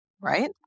right